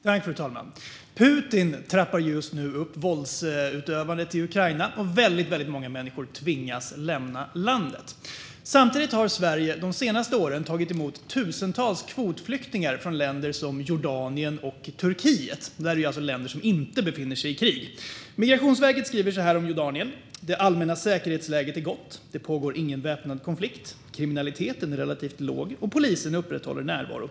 Fru talman! Putin trappar just nu upp våldsutövandet i Ukraina, och väldigt många människor tvingas lämna landet. Samtidigt har Sverige de senaste åren tagit emot tusentals kvotflyktingar från länder som Jordanien och Turkiet, länder som inte befinner sig i krig. Migrationsverket skriver om Jordanien att det allmänna säkerhetsläget är gott. "Det pågår inte någon väpnad konflikt, kriminaliteten är relativt låg och polisen upprätthåller närvaro .